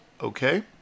okay